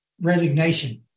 resignation